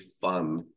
fun